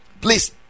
Please